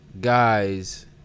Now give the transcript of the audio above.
guys